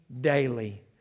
daily